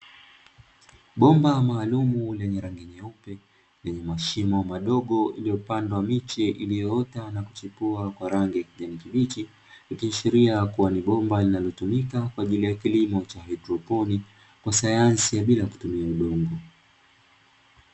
Bomba maalumu lenye rangi nyeupe, lenye mashimo madogo iliyopandwa miche iliyoota na kuchipua kwa rangi ya kijani kibichi, ikiashiria kuwa ni bomba linalotumika kwa ajili ya kilimo cha haidroponi kwa sayansi ya bila kutumia udongo.